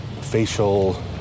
facial